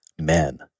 men